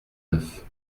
neuf